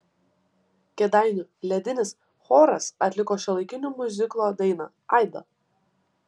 kėdainių ledinis choras atliko šiuolaikinio miuziklo dainą aida